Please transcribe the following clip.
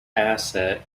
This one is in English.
asset